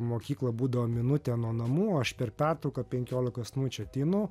mokykla būdavo minutė nuo namų o aš per pertrauką penkiolikos minučių ateinu